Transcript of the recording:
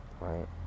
right